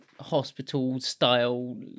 hospital-style